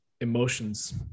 emotions